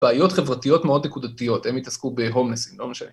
בעיות חברתיות מאוד נקודתיות, הם התעסקו בהומלסים, לא משנה.